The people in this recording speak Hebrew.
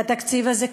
והתקציב הזה קובע,